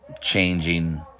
changing